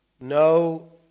no